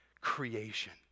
creation